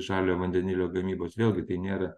žaliojo vandenilio gamybos vėlgi tai nėra